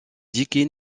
deakin